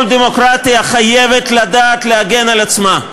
כל דמוקרטיה חייבת לדעת להגן על עצמה.